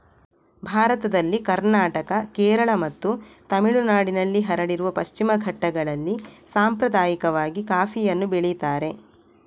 ಭಾರತದಲ್ಲಿ ಕರ್ನಾಟಕ, ಕೇರಳ ಮತ್ತು ತಮಿಳುನಾಡಿನಲ್ಲಿ ಹರಡಿರುವ ಪಶ್ಚಿಮ ಘಟ್ಟಗಳಲ್ಲಿ ಸಾಂಪ್ರದಾಯಿಕವಾಗಿ ಕಾಫಿಯನ್ನ ಬೆಳೀತಾರೆ